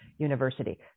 University